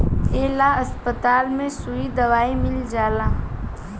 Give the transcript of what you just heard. ए ला अस्पताल में सुई दवाई मील जाला